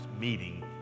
meeting